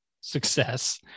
success